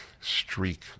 streak